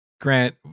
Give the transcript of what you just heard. Grant